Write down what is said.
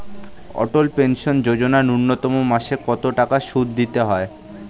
অটল pension যোজনা ন্যূনতম মাসে কত টাকা সুধ দিতে হয়?